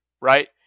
right